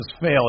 fail